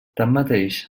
tanmateix